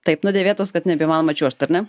taip nudėvėtos kad nebeįmanoma čiuožt ar ne